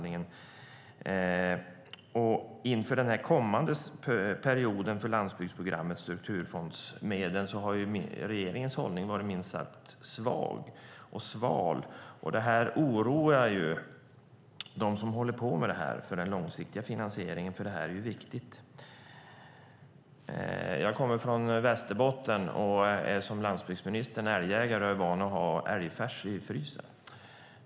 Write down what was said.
Inför den kommande perioden för landsbygdsprogrammets strukturfondsmedel har regeringens hållning varit minst sagt sval. Det oroar dem som håller på med detta eftersom den långsiktiga finansieringen är viktig. Jag kommer från Västerbotten och är, precis som landsbygdsministern, älgjägare och van att ha älgfärs i frysen.